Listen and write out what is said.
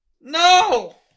No